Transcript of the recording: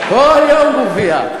כל יום גופייה.